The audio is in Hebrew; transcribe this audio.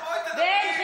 אז בואי תדברי,